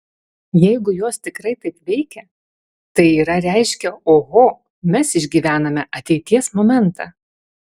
jeigu jos tikrai taip veikia tai yra reiškia oho mes išgyvename ateities momentą